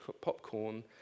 popcorn